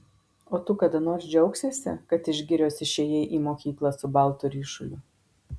o tu kada nors džiaugsiesi kad iš girios išėjai į mokyklą su baltu ryšuliu